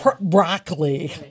broccoli